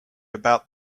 about